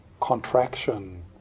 contraction